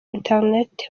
internet